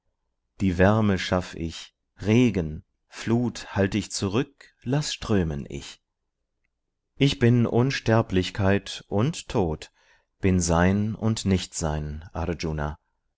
die wärme schaff ich regen flut halt ich zurück laß strömen ich ich bin unsterblichkeit und tod bin sein und nichtsein arjuna